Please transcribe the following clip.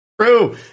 True